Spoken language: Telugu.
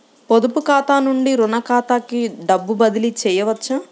పొదుపు ఖాతా నుండీ, రుణ ఖాతాకి డబ్బు బదిలీ చేయవచ్చా?